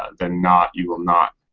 ah than not you will not.